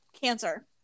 cancer